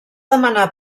demanar